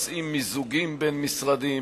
נעשים מיזוגים בין משרדים,